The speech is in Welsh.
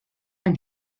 yng